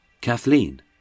Kathleen